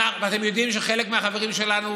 אתם יודעים שחלק מהחברים שלנו